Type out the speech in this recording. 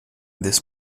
this